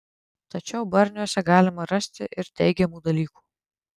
tačiau barniuose galima rasti ir teigiamų dalykų